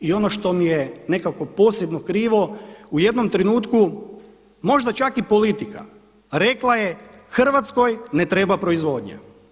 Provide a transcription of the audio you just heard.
I ono što mi je nekako posebno krivo, u jednom trenutku možda čak i politika rekla je Hrvatskoj ne treba proizvodnja.